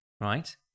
right